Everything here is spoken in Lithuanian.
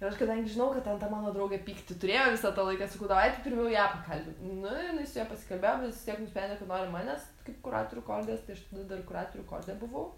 ir aš kadangi žinau kad ten ta mano draugė pyktį turėjo visą tą laiką sakau davai tu pirmiau ją pakalbink nu ir jinai su ja pasikalbėjo bet vis tiek nusprendė kad nori manęs kaip kuratorių kordės tai aš tada dar kuratorių korde buvau